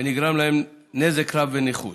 ונגרם להם נזק רב ונכות.